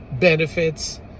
benefits